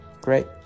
Great